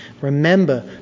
remember